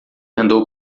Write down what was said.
andou